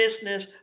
business